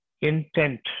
intent